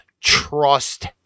trust